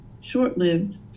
short-lived